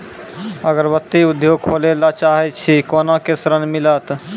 अगरबत्ती उद्योग खोले ला चाहे छी कोना के ऋण मिलत?